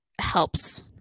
helps